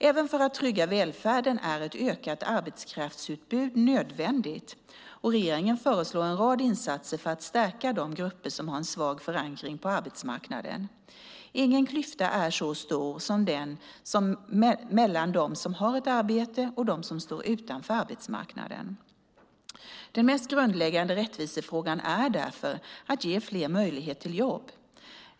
Även för att trygga välfärden är ett ökat arbetskraftsutbud nödvändigt, och regeringen föreslår en rad insatser för att stärka de grupper som har en svag förankring på arbetsmarknaden. Ingen klyfta är så stor som den mellan dem som har arbete och dem som står utanför arbetsmarknaden. Den mest grundläggande rättvisefrågan är därför att ge fler möjlighet till jobb.